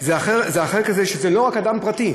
זה החלק שזה לא רק אדם פרטי.